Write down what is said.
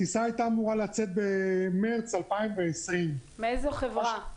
הטיסה הייתה אמורה לצאת במרץ 2020 -- מאיזו חברה?